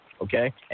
Okay